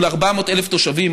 מול 400,000 תושבים,